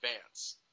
advance